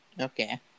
okay